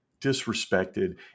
disrespected